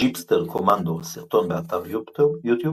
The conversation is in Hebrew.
ג'יפסטר קומנדו, סרטון באתר יוטיוב